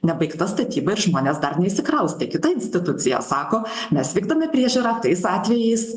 nebaigta statyba ir žmonės dar neįsikraustė kita institucija sako mes vykdomi priežiūra tais atvejais